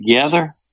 together